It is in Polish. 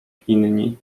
inni